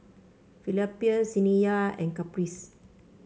Felipa Saniyah and Caprice